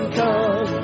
come